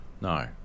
No